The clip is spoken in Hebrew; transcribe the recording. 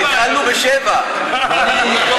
התחלנו ב-19:00.